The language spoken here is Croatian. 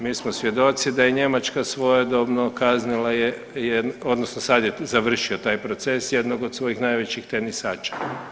Mi smo svjedoci da je Njemačka svojedobno kaznila je odnosno sad je završio taj proces jednog od svojih najvećih tenisača.